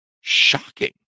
Shocking